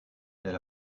elle